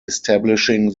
establishing